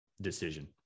decision